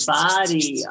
body